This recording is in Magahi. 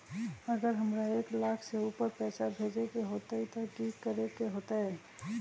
अगर हमरा एक लाख से ऊपर पैसा भेजे के होतई त की करेके होतय?